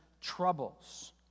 troubles